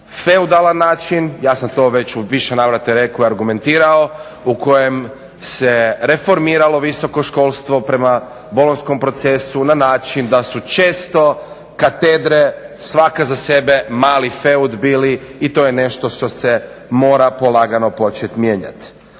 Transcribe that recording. feudalan način, ja sam to u više navrata već rekao i argumentirao u kojem se reformiralo visoko školstvo prema bolonjskom procesu na način da su često katedre svaka za sebe mali feud bili i to je nešto što se mora polagano početi mijenjati.